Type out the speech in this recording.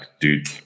dude